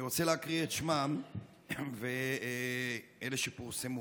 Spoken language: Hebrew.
אני רוצה להקריא את שמותיהם, אלה שפורסמו.